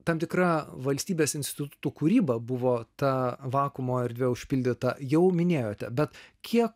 tam tikra valstybės institutų kūryba buvo ta vakuumo erdvė užpildyta jau minėjote bet kiek